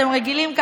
אתם רגילים,